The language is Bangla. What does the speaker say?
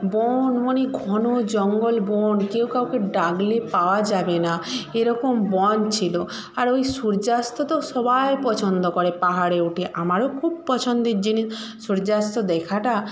বন মানে ঘন জঙ্গল বন কেউ কাউকে ডাকলে পাওয়া যাবে না এরকম বন ছিল আর ওই সূর্যাস্ত তো সবাই পছন্দ করে পাহাড়ে উঠে আমারও খুব পছন্দের জিনিস সূর্যাস্ত দেখাটা